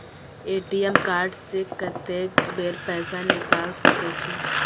ATM card से कत्तेक बेर पैसा निकाल सके छी?